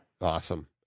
awesome